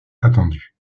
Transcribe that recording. attendu